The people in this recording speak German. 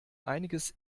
einiges